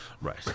Right